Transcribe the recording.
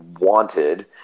wanted